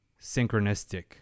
synchronistic